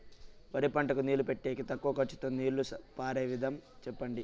వరి పంటకు నీళ్లు పెట్టేకి తక్కువ ఖర్చుతో నీళ్లు పారే విధం చెప్పండి?